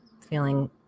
feeling